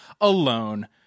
alone